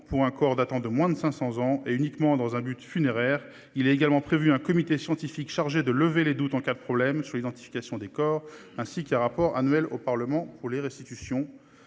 pour un corps datant de moins de 500 ans et uniquement dans un but funéraire. Il est également prévu un comité scientifique chargé de lever les doutes en cas de problème sur l'identification des corps ainsi qu'un rapport annuel au Parlement sur les restitutions.